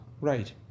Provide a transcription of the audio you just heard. Right